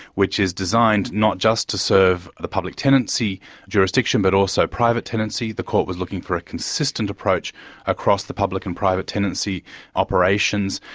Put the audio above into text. which is designed not just to serve the public tenancy jurisdiction, but also private tenancy. the court was looking for a consistent approach across the public and private tenancy operations,